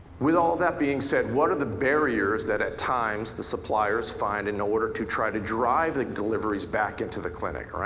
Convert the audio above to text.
with all that being said, what are the barriers that at times the suppliers find in order to try to drive the deliveries back into the clinic?